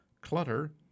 clutter